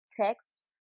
text